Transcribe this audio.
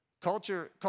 Culture